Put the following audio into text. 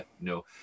no